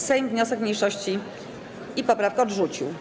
Sejm wniosek mniejszości i poprawkę odrzucił.